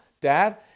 Dad